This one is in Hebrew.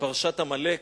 בפרשת עמלק,